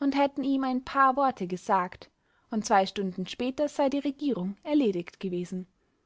und hätten ihm ein paar worte gesagt und zwei stunden später sei die regierung erledigt gewesen